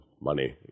money